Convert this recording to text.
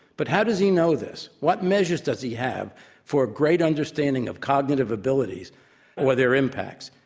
but how does he know this? what measures does he have for a great understanding of cognitive abilities or their impact?